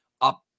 up